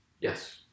Yes